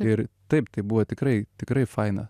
ir taip tai buvo tikrai tikrai faina